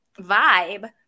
vibe